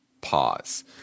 pause